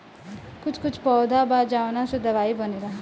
कुछ कुछ पौधा बा जावना से दवाई बनेला